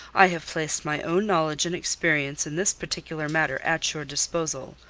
i have placed my own knowledge and experience in this particular matter at your disposal.